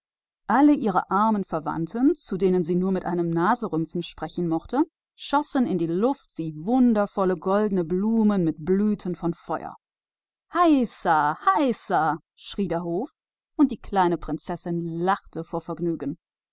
alle ihre armseligen verwandten zu denen sie nie anders als mit einem höhnischen lächeln sprach stiegen zum himmel auf wie wundervolle goldene blumen mit feurigen blüten hurra hurra rief der hof und die kleine prinzessin lachte laut auf vor vergnügen